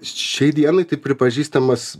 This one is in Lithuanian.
šiai dienai tai pripažįstamas